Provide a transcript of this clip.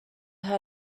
her